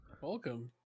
welcome